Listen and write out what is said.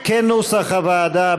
כנוסח הוועדה,